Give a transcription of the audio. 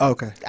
Okay